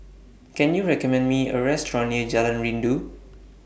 Can YOU recommend Me A Restaurant near Jalan Rindu